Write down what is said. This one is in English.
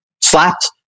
slapped